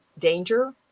danger